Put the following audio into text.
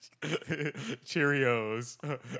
Cheerios